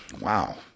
Wow